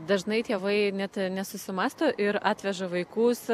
dažnai tėvai net nesusimąsto ir atveža vaikus